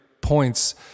points